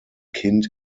kind